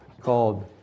called